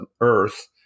earth